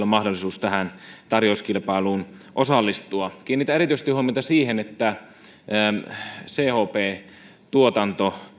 mahdollisuus tähän tarjouskilpailuun osallistua kiinnitän erityisesti huomiota siihen että myös chp tuotanto